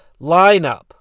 lineup